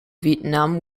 vietnam